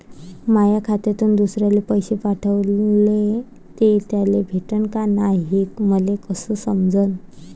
माया खात्यातून दुसऱ्याले पैसे पाठवले, ते त्याले भेटले का नाय हे मले कस समजन?